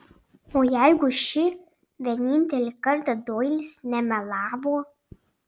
o jeigu šį vienintelį kartą doilis nemelavo